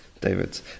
David